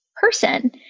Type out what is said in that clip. person